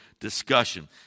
discussion